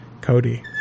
Cody